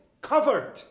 covered